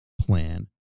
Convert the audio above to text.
plan